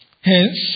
hence